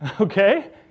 Okay